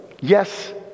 yes